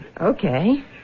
Okay